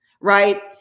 right